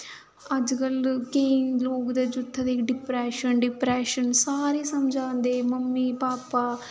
अज्जकल केईं लोग ते जित्थें डिप्रैशन डिप्रैशन सारे समझांदे मम्मी पापा